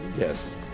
Yes